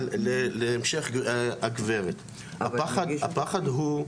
אבל להמשך דברי הגברת, הפחד הוא,